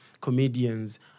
comedians